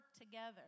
together